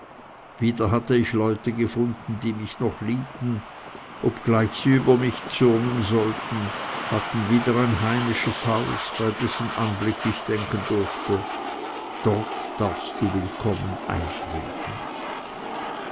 wieder hatte ich leute gefunden die mich noch liebten obgleich sie über mich zürnen sollten hatte wieder ein heimisches haus bei dessen anblick ich denken durfte dort darfst du willkommen eintreten